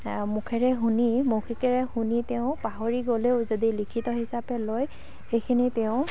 মুখেৰে শুনি মৌখিকেৰে শুনি তেওঁ পাহৰি গ'লেও তেওঁ যদি লিখিত হিচাপে লয় সেইখিনি তেওঁ